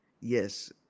Yes